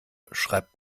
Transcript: schreibt